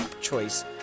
choice